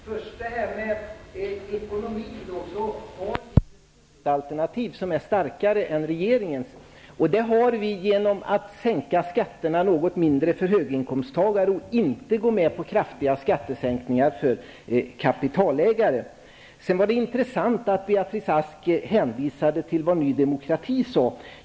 Herr talman! När det gäller ekonomin har vi ett starkare budgetalternativ än regeringen genom att vi vill ha något mindre skattesänkningar för höginkomsttagare. Dessutom går vi inte med på kraftiga skattesänkningar för kapitalägare. Det var intressant att höra Beatrice Ask hänvisa till vad Ny Demokrati sagt.